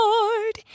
Lord